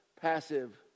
passive